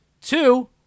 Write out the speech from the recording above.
two